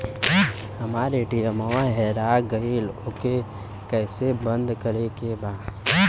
हमरा ए.टी.एम वा हेरा गइल ओ के के कैसे बंद करे के बा?